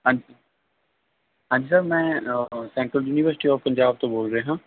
ਹਾਂਜੀ ਹਾਂਜੀ ਸਰ ਮੈਂ ਸੈਂਟਰਲ ਯੂਨੀਵਰਸਿਟੀ ਆਫ ਪੰਜਾਬ ਤੋਂ ਬੋਲ ਰਿਹਾ